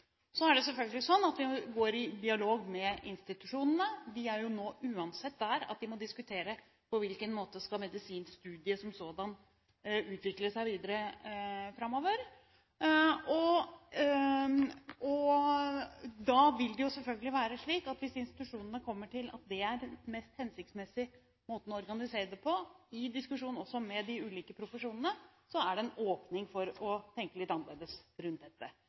Så er det selvfølgelig sånn at vi går i dialog med institusjonene. De er jo nå uansett der at de må diskutere på hvilken måte medisinstudiet som sådant skal utvikle seg videre framover. Da vil det selvfølgelig være slik at hvis institusjonene kommer til at det er den mest hensiktsmessige måten å organisere det på – i diskusjon også med de ulike profesjonene – er det en åpning for å tenke litt annerledes rundt dette.